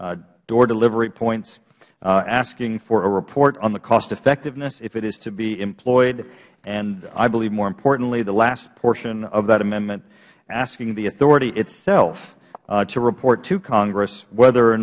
door delivery points asking for a report on the cost effectiveness if it is to be employed and i believe more importantly the last portion of that amendment asking the authority itself to report to congress whether or